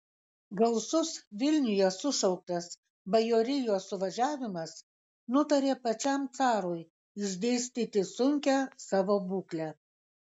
gausus vilniuje sušauktas bajorijos suvažiavimas nutarė pačiam carui išdėstyti sunkią savo būklę